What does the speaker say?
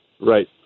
Right